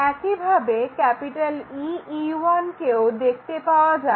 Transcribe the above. একইভাবে EE1 কেও দেখতে পাওয়া যাবে